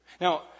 Now